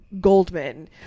Goldman